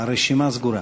הרשימה סגורה.